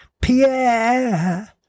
Pierre